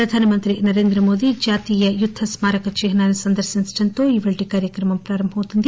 ప్రధానమంత్రి నరేంద్రమోదీ జాతీయ యుద్ద స్కారక చిహ్నాన్ని సందర్శించడంతో ఈ రోజు కార్యక్రమం ప్రారంభమవుతుంది